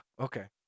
okay